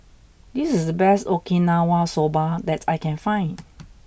this is the best Okinawa Soba that I can find